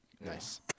nice